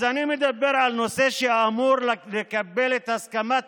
אז אני מדבר על נושא שאמור לקבל את הסכמת